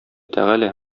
тәгалә